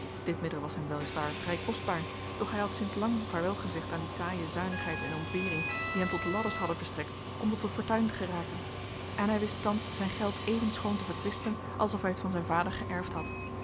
dit middel was hem wel is waar vrij kostbaar doch hij had sinds lang vaarwelgezegd aan die taaie zuinigheid en ontbering die hem tot ladders hadden verstrekt om tot de fortuin te geraken en hij wist thans zijn geld even schoon te verkwisten alsof hij het van zijn vader geërfd had